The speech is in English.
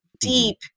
Deep